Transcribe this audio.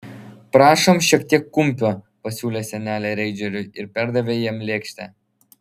prašom šiek tiek kumpio pasiūlė senelė reindžeriui ir perdavė jam lėkštę